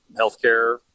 healthcare